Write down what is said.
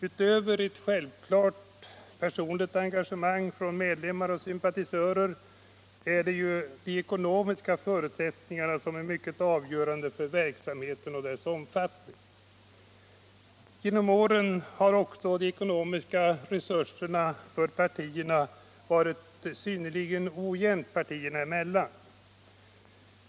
Utöver ett självklart personligt engagemang från medlemmar och sympatisörer är de ekonomiska förutsättningarna mycket avgörande för verksamheten och dess omfattning. Genom åren har de ekonomiska resurserna för partierna varit synnerligen ojämnt fördelade partierna emellan.